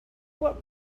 what